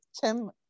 tim